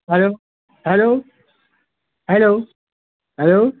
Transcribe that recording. hello hello hello hello